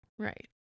Right